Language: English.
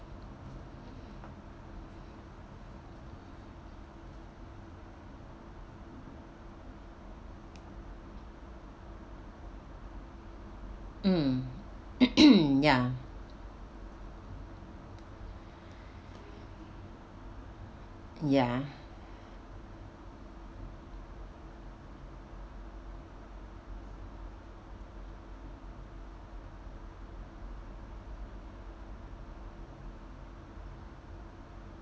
mm ya ya